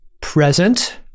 present